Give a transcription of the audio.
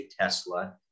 Tesla